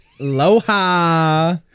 Aloha